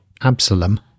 Absalom